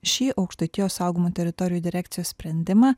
šį aukštaitijos saugomų teritorijų direkcijos sprendimą